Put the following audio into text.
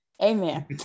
Amen